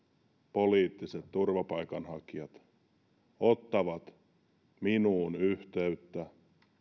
poliittiset turvapaikanhakijat ottavat minuun yhteyttä